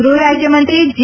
ગ્રહરાજ્યમંત્રી જી